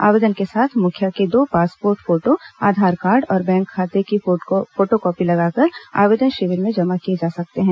आवेदन के साथ मुखिया के दो पासपोर्ट फोटो आधार कार्ड और बैंक खाता की फोटोकॉपी लगाकर आवेदन शिविर में जमा किए जा सकते हैं